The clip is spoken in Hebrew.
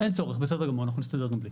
אין צורך, בסדר גמור, אנחנו נסתדר גם בלי.